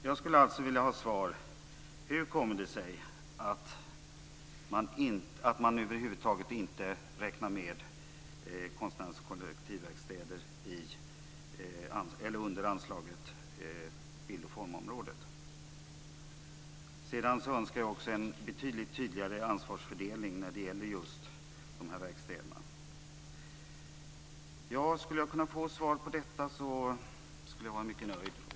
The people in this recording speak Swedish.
Jag skulle alltså vilja ha svar på frågan: Hur kommer det sig att man över huvud taget inte räknar med konstnärernas kollektivverkstäder under anslaget för bild och formområdet? Sedan önskar jag också en betydligt tydligare ansvarsfördelning när det gäller just de här verkstäderna. Skulle jag kunna få svar på detta skulle jag vara mycket nöjd.